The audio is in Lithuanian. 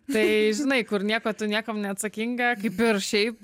tai žinai kur nieko tu niekam neatsakinga kaip ir šiaip